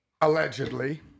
allegedly